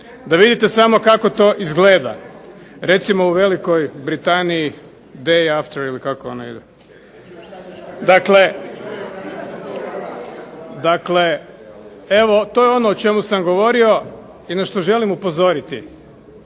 Da vidite samo kako to izgleda recimo u Velikoj Britaniji day after ili kako ono ide. Dakle, evo to je ono o čemu sam govorio i na što želim upozoriti.